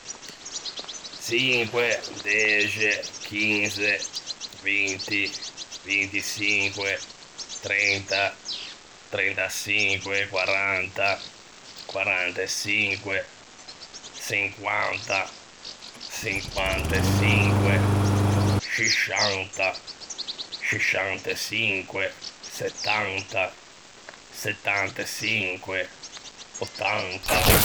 Çinque, dexe, chinze, vinti, vintiçinque, trenta, trentaçinque, quaranta, quaranteçinque, çinquanta, çinquanteçinque, sciuscianta, sciuscianteçinque, settanta, settanteçinque, ottanta.